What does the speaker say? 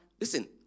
listen